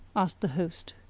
asked the host.